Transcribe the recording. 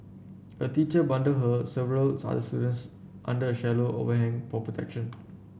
a teacher bundled her several students under a shallow overhang protection